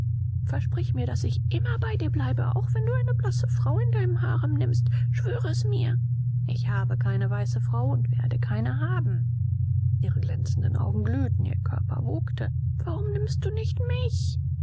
versprich mir daß ich immer bei dir bleibe auch wenn du eine blasse frau in deinen harem nimmst schwöre es mir ich habe keine weiße frau und werde keine haben ihre glänzenden augen glühten ihr körper wogte warum nimmst du nicht mich